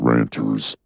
Ranters